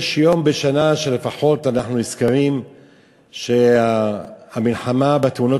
יש יום בשנה שבו אנחנו לפחות נזכרים שהמלחמה בתאונות